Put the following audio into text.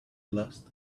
last